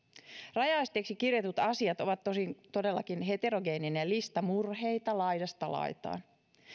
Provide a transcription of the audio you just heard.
rajaesteiksi kirjatut asiat ovat todellakin heterogeeninen lista murheita laidasta laitaan